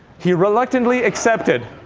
he reluctantly accepted.